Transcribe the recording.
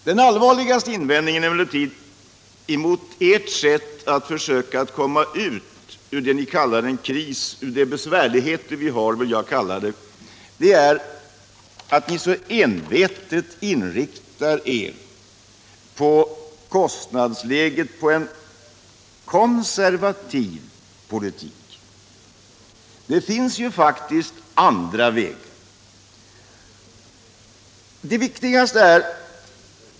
Den allvarligaste invändningen mot ert sätt att försöka komma ut ur det ni kallar en kris är emellertid att ni så en vetet inriktar er på kostnadsläget med en Finansdebatt Finansdebatt konservativ politik. Det finns faktiskt andra vägar.